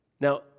Now